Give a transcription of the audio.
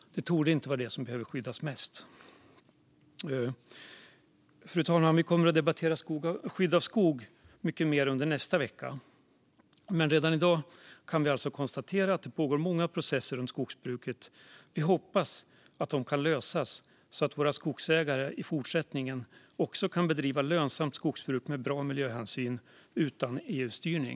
Det torde inte vara det som behöver skyddas mest. Fru talman! Vi kommer att debattera skydd av skog mycket mer under nästa vecka. Men redan i dag kan vi alltså konstatera att det pågår många processer om skogsbruket. Vi hoppas att de kan lösas så att våra skogsägare i fortsättningen också kan bedriva lönsamt skogsbruk med bra miljöhänsyn utan EU-styrning.